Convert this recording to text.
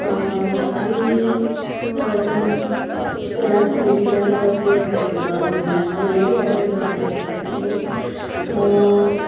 आमी पावसांत सदांच मलेरिया जावपी जळारी वा महिला मलेरियाच्यो जळारी आसता त्यो